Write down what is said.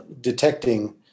detecting